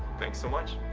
thanks so much.